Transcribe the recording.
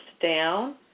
down